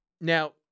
Now